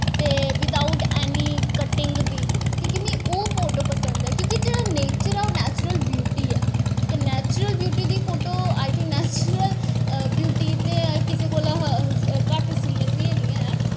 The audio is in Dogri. ते बिदआऊट ऐनी कटिंग दे क्योंकि मिगी ओह् फोटो पसंद ऐ क्योंकि जेह्ड़ा नेचर ऐ नैचुर्ल ब्यूटी ऐ ते नैचुर्ल ब्यूटी दी photo I think natural beauty ते किसे कोला दा घट्ट बी नेईं ऐ